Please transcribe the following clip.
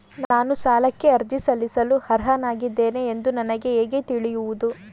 ನಾನು ಸಾಲಕ್ಕೆ ಅರ್ಜಿ ಸಲ್ಲಿಸಲು ಅರ್ಹನಾಗಿದ್ದೇನೆ ಎಂದು ನನಗೆ ಹೇಗೆ ತಿಳಿಯುವುದು?